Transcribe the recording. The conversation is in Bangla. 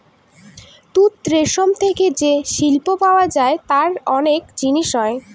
তুত রেশম থেকে যে সিল্ক পাওয়া যায় তার অনেক জিনিস হয়